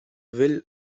will